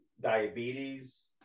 diabetes